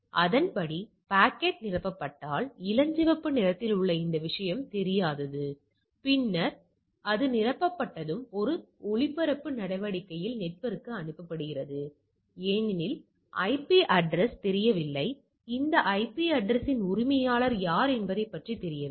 எனவே அதன்படி பாக்கெட் நிரப்பப்பட்டால் இளஞ்சிவப்பு நிறத்தில் உள்ள இந்த விஷயம் தெரியாதது பின்னர் அது நிரப்பப்பட்டதும் அது ஒரு ஒளிபரப்பு நடவடிக்கையில் நெட்வொர்க்கு அனுப்பப்படுகிறது ஏனெனில் ஐபி அட்ரஸ் தெரியவில்லை இந்த ஐபி அட்ரஸ் இன் உரிமையாளர் யார் என்பதை பற்றி தெரியவில்லை